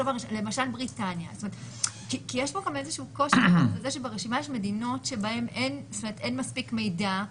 יש כאן איזשהו קושי כי ברשימה יש מדינות בהן אין מספיק מידע,